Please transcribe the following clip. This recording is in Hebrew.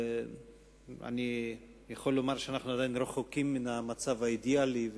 אני יכול לומר שאנחנו עדיין רחוקים מן המצב האידיאלי,